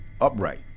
Upright